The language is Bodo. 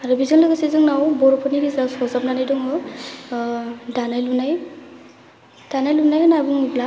आरो बेजों लोगोसे जोंनाव बर'फोरनाव सरजाबनानै दङ दानाय लुनाय दानाय लुनाय होनना बुङोब्ला